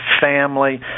family